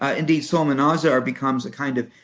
ah indeed, psalmanazar becomes a kind of